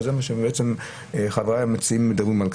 וזה מה שחבריי המציעים אומרים.